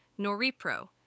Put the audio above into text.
Noripro